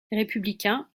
républicain